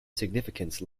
significance